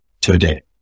today